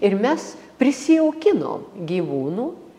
ir mes prisijaukinom gyvūnų